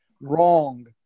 wrong